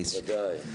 ודאי.